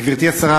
גברתי השרה,